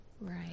Right